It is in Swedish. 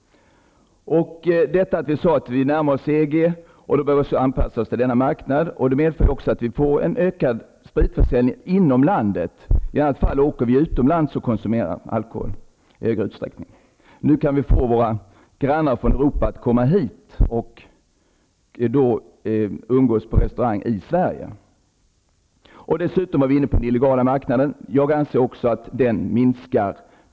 Vi närmar ju oss EG och då bör vi anpassa oss till denna marknad, vilket medför att vi får en ökad spritförsäljning inom landet. Vi kan då få våra grannar i Europa att åka hit och umgås på restaurang i Sverige, i annat fall åker vi i Sverige i större utsträckning utomlands och konsumerar alkohol där. Vi har även talat om den illegala marknaden tidigare.